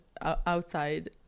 outside